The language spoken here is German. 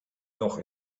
noch